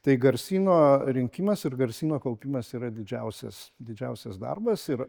tai garsyno rinkimas ir garsyno kaupimas yra didžiausias didžiausias darbas ir